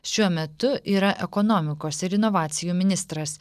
šiuo metu yra ekonomikos ir inovacijų ministras